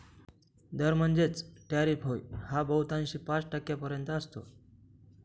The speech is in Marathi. दर म्हणजेच टॅरिफ होय हा बहुतांशी पाच टक्क्यांपर्यंत असतो